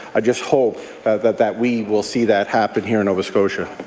i just hope that that we will see that happen here in nova scotia.